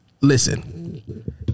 Listen